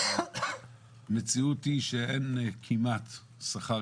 המציאות היא שאין כמעט שכר,